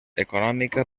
econòmica